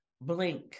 blink